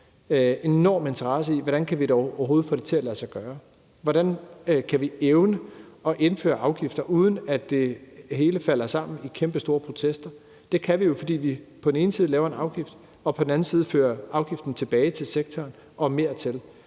skatteminister, i, hvordan vi overhovedet kan få det til at lade sig gøre – hvordan vi kan evne at indføre afgifter, uden at det hele falder sammen i kæmpestore protester. Det kan vi jo, fordi vi på den ene side laver en afgift og på den anden side fører afgiften tilbage til sektoren og mere til.